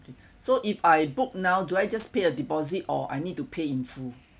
okay so if I book now do I just pay a deposit or I need to pay in full